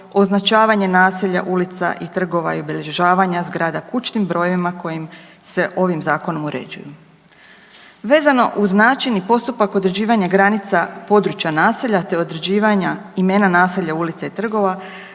označavanje naselja, ulica i trgova i obilježavanja zgrada kućnim brojevima kojim se ovim Zakonom uređuju. Vezano uz način i postupak određivanja granica područja naselja te određivanja imena naselja, ulica i trgova,